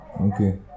Okay